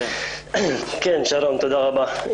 תודה רבה.